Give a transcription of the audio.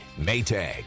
Maytag